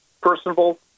personable